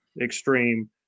extreme